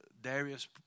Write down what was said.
Darius